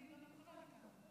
אני יכולה גם מכאן.